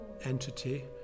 entity